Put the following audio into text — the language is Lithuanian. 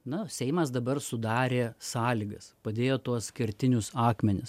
na seimas dabar sudarė sąlygas padėjo tuos kertinius akmenis